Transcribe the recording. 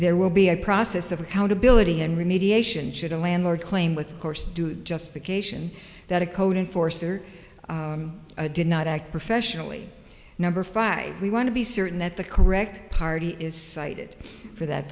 there will be a process of accountability and remediation should a landlord claim with a course just pick a sion that a code in force or a did not act professionally number five we want to be certain that the correct party is cited for that